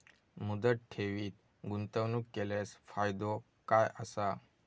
मुदत ठेवीत गुंतवणूक केल्यास फायदो काय आसा?